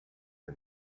her